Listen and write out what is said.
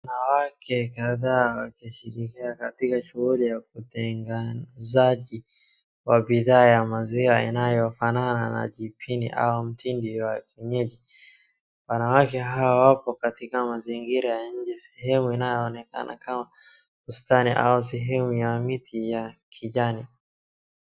Wanawake kadhaa wakiashirikiana katika shuguli ya kutengenazi wa bidhaa ya maziwa unaofanana na jipini au mtindi wa kienyeji. Wanawake hao wako katika mazingira ya nje sehemu inaonekana kama bustani au sehemu ya miti ya kijani.